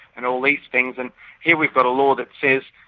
and all these things, and here we've got a law that says,